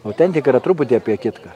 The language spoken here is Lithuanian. autentika yra truputį apie kitką